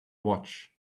watch